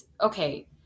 okay